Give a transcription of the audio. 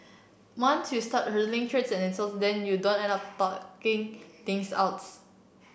once you start hurling threats and insults then you don't end up talking things outs